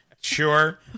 Sure